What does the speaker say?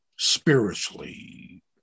spiritually